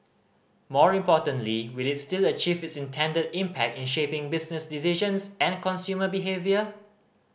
more importantly will it still achieve its intended impact in shaping business decisions and consumer behaviour